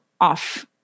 off